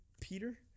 Peter